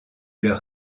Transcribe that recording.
leur